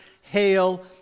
hail